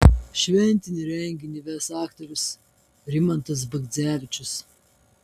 šventinį renginį ves aktorius rimantas bagdzevičius